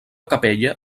capella